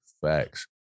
facts